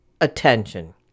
attention